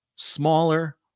Smaller